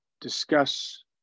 Discuss